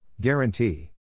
Guarantee